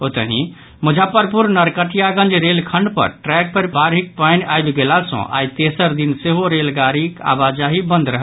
ओतहि मुजफ्फरपुर नरकटियागंज रेलखंड पर ट्रैक पर बाढ़िक पानि आबि गेला सँ आइ तेसर दिन सेहो रेलगाड़ीक आवाजाही बंद रहल